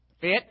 fit